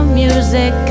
music